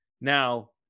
Now